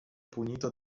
punito